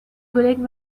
collègues